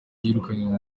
yirukanywe